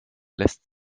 lässt